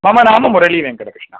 मम नाम मुरळीवेङ्कटकृष्णः